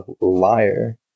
liar